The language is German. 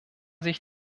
sich